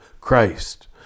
Christ